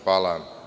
Hvala.